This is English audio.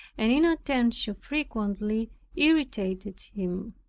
and inattention frequently irritated him.